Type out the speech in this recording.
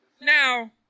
Now